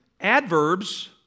Adverbs